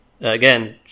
Again